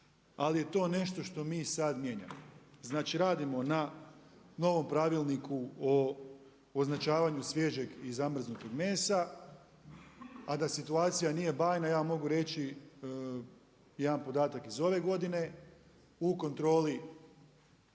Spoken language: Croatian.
ali je to nešto što mi sada mijenjamo. Znači radimo na novom pravilniku o označavanju svježeg i zamrznutog mesa, a da situacija nije bajna ja mogu reći jedan podatak iz ove godine u kontroli